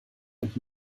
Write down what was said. und